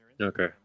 Okay